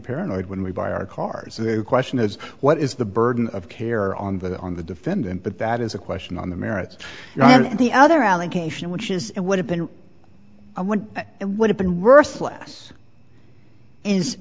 paranoid when we buy our cars so the question is what is the burden of care on the on the defendant but that is a question on the merits and the other allegation which is it would have been one and would have been worse less is